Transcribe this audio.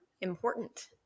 important